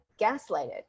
gaslighted